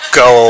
go